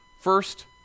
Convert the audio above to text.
First